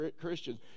Christians